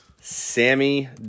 Sammy